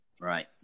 right